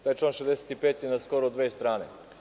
Taj član 65. je skoro na dve strane.